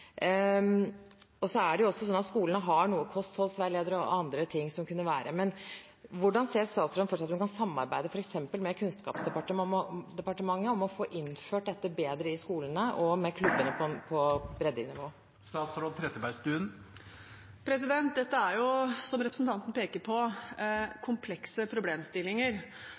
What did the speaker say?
Så har skolene noen kostholdsveiledere og andre ting, men hvordan ser statsråden for seg at hun kan samarbeide f.eks. med Kunnskapsdepartementet om å få innført dette bedre i skolene og med klubbene på breddenivå? Dette er, som representanten peker på, komplekse problemstillinger.